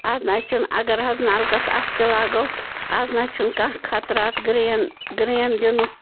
آز نَہ حظ چھِنہٕ اگر حظ نَلکَس اَتھ تہِ لاگو آز نَہ حظ چھُنہٕ کانٛہہ خطرات گرٛین گرٛین دِنُک